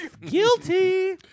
Guilty